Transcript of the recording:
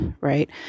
right